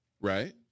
Right